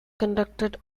conducted